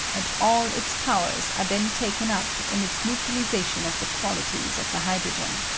and all its powers are then taken up in its neutralization of the quautiea of the hydrogen.